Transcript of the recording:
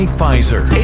Pfizer